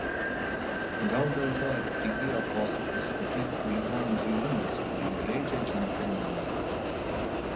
gal dėl to ir prigijo posakis kad tai chuliganų žaidimas kurį žaidžia džentelmenai